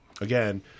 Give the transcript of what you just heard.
Again